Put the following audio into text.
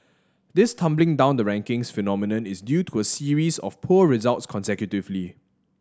this tumbling down the rankings phenomenon is due to a series of poor results consecutively